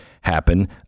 happen